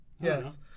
Yes